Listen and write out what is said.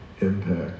impact